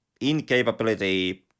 incapability